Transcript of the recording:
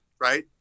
right